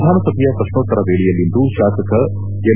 ವಿಧಾನಸಭೆಯ ಪ್ರಶ್ನೋತ್ತರ ವೇಳೆಯಲ್ಲಿಂದು ಶಾಸಕ ಎಂ